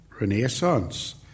renaissance